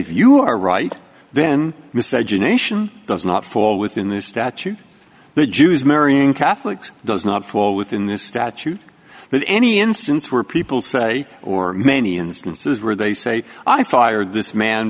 if you are right then miseducation does not fall within the statute the jews marrying catholics does not fall within this statute but any instance where people say or many instances where they say i fired this man